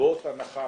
מלגות הנחה